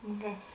okay